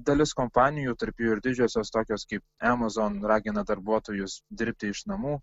dalis kompanijų tarp jų ir didžiosios tokios kaip amazon ragina darbuotojus dirbti iš namų